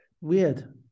weird